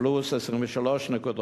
פלוס 23 נקודות,